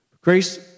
Grace